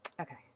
okay